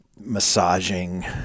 massaging